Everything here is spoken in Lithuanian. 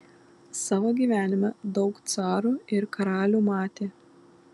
savo gyvenime daug carų ir karalių matė